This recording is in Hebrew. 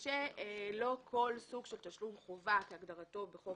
שלא כל סוג של תשלום חובה כהגדרתו בחוק